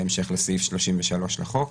בהמשך לסעיף 33 לחוק,